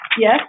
Yes